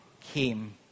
came